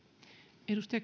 arvoisa